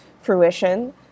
fruition